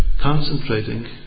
concentrating